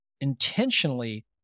intentionally